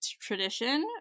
tradition